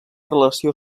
relació